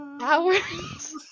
hours